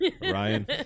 Ryan